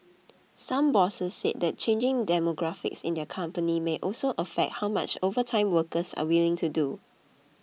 some bosses said that changing demographics in their company may also affect how much overtime workers are willing to do